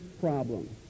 problem